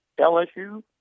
LSU